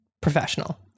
professional